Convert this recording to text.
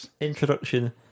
introduction